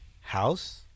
House